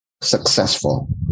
successful